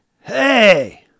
hey